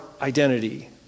identity